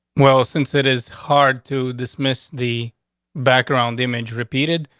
well, since it is hard to dismiss the background image repeated,